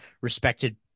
respected